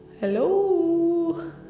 Hello